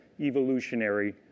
evolutionary